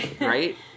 Right